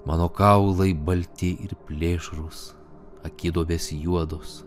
mano kaulai balti ir plėšrūs akiduobės juodos